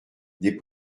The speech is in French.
des